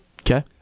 Okay